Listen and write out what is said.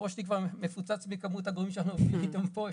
הראש שלי כבר מפוצץ מכמות הגורמים שאנחנו עובדים איתם פה.